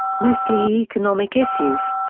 mostly economic issues.